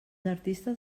artistes